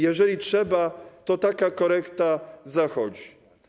Jeżeli trzeba, to taka korekta zachodzi.